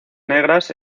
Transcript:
negras